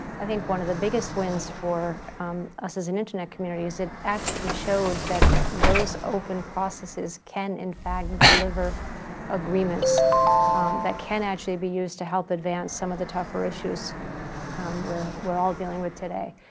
i think one of the biggest wins for us as an internet community is it actually showed that those open processes can in fact deliver agreements that can actually be used to help advance some of the tougher issues we're we're all dealing with today.